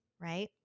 right